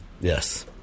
Yes